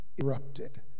Erupted